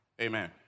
Amen